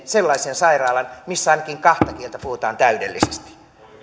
sellaisen sairaalan missä ainakin kahta kieltä puhutaan täydellisesti